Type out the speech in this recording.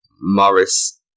Morris